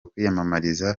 kwiyamamariza